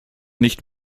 nicht